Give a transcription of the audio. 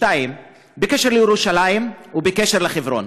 בקשר לירושלים ובקשר לחברון,